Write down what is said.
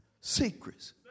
secrets